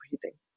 breathing